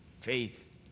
faith